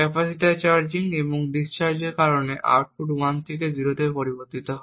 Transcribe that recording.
ক্যাপাসিটরের চার্জিং এবং ডিসচার্জিংয়ের কারণে আউটপুট 1 থেকে 0 পরিবর্তিত হয়